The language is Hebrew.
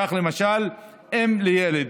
כך, למשל, אם לילד